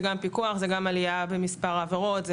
זה גם פיקוח, זה גם עלייה במספר העבירות,